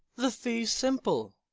the fee simple!